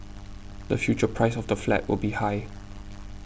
the future price of the flat will be high